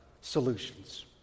solutions